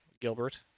Gilbert